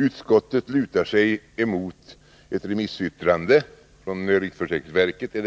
Utskottet lutar sig mot ett remissyttrande från — om jag minns rätt — riksförsäkringsverket, där